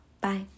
Bye